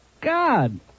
God